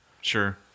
Sure